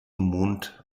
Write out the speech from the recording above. mond